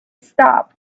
stopped